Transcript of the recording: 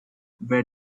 where